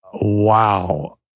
Wow